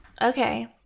Okay